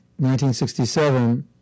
1967